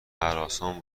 هراسان